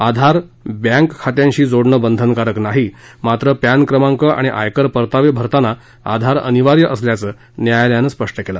आधार bank खात्यांशी जोडणं बंधनकारक नाही मात्र पॅन क्रमांक आणि आयकर परतावे भरताना आधार अनिवार्य असल्याचं न्यायालयानं स्पष्ट केलं